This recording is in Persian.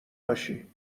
باشی